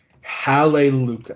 Hallelujah